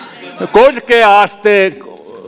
korkea asteen